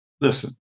Listen